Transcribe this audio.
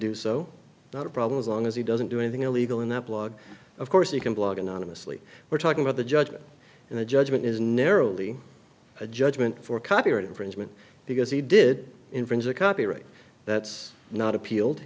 do so not a problem as long as he doesn't do anything illegal in that blog of course you can blog anonymously we're talking about the judgment and the judgment is narrowly a judgment for copyright infringement because he did infringe a copyright that's not appeal